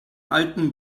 alten